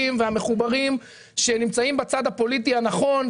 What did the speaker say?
והמחוברים שנמצאים בצד הפוליטי הנכון,